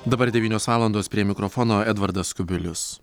dabar devynios valandos prie mikrofono edvardas kubilius